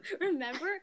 remember